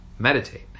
meditate